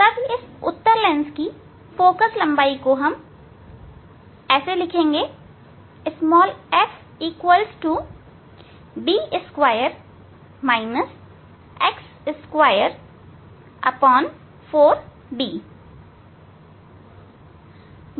तब इस उत्तल लेंस की फोकल लंबाई f D2 x24D होगी